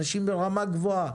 אנשים ברמה גבוהה.